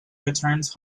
returns